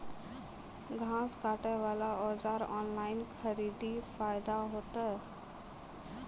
घास काटे बला औजार ऑनलाइन खरीदी फायदा होता?